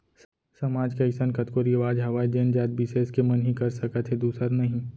समाज के अइसन कतको रिवाज हावय जेन जात बिसेस के मन ही कर सकत हे दूसर नही